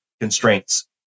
constraints